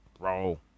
Bro